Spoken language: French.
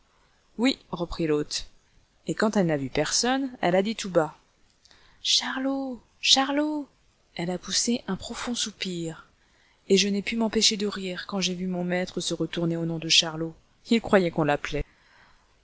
oui reprit l'autre et quand elle n'a vu personne elle a dit tout bas charlot charlot puis elle a poussé un profond soupir et je n'ai pu m'empêcher de rire quand j'ai vu mon maître se retourner au nom de charlot il croyait qu'on l'appelait